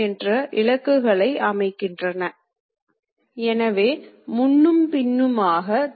இந்த நகர்வுகள் மிகத் துல்லியமானதாக இருத்தல் வேண்டும்